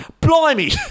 Blimey